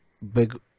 big